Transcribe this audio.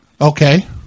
Okay